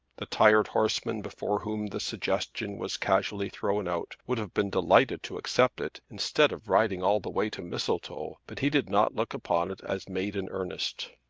the tired horseman before whom the suggestion was casually thrown out, would have been delighted to accept it, instead of riding all the way to mistletoe but he did not look upon it as made in earnest.